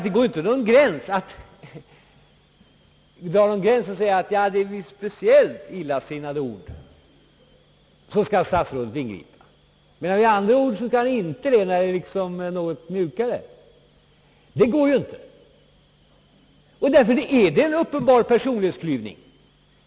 Det går inte att dra någon gräns och säga, att vid speciellt illasinnade ord skall statsrådet ingripa, medan han när det gäller andra något mjukare ord inte behöver ingripa. Detta går ju inte. Därför är det en uppenbar personlighetsklyvning.